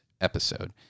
episode